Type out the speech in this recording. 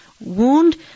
wound